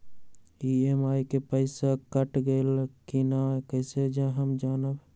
EMI के पईसा cut गेलक कि ना कइसे हम जानब?